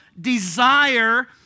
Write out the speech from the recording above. desire